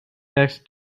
next